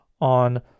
on